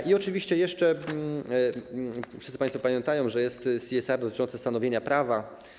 I oczywiście jeszcze wszyscy państwo pamiętają, że jest CSR dotyczące stanowienia prawa.